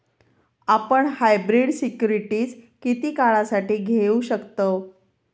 आपण hybrid securities किती काळासाठी घेऊ शकतव